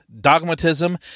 dogmatism